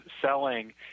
selling